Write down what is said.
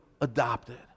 adopted